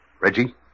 Reggie